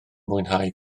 mwynhau